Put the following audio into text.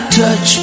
touch